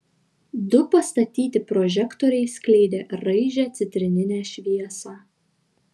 du pastatyti prožektoriai skleidė raižią citrininę šviesą